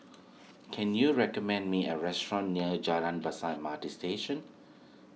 can you recommend me a restaurant near Jalan Besar M R T Station